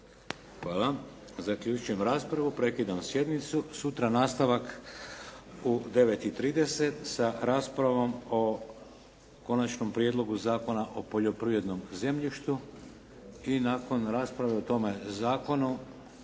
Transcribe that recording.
Hvala. Zaključujem raspravu. Prekidam sjednicu. Sutra nastavak u 9,30 sa raspravom o Konačnom prijedlogu Zakona o poljoprivrednom zemljištu i nakon rasprave o tome zakonu